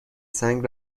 سنگ